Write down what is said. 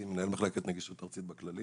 אני